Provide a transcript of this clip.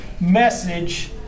message